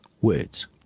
words